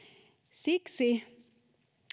siksi